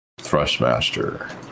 Thrustmaster